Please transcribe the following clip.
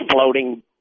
floating